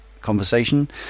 conversation